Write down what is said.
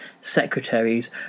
secretaries